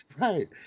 Right